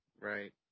Right